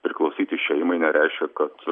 priklausyti šeimai nereiškia kad